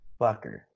fucker